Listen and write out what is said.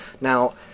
Now